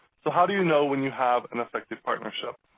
so how do you know when you have an effective partnership?